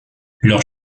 leurs